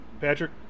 Patrick